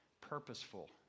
purposeful